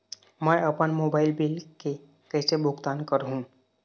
मैं अपन mobile bill के कैसे भुगतान कर हूं?